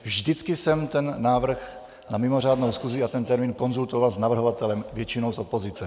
Vždycky jsem ten návrh na mimořádnou schůzi a ten termín konzultoval s navrhovatelem, většinou s opozicí.